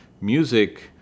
music